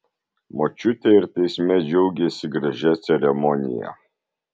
močiutė ir teisme džiaugėsi gražia ceremonija